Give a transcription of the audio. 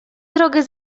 drogę